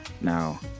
Now